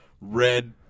red